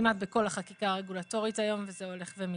כמעט בכל החקיקה הרגולטורית היום וזה הולך ומתרחב.